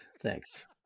Thanks